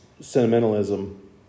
sentimentalism